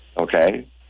Okay